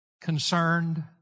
concerned